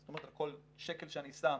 זאת אומרת על כל שקל שאני שם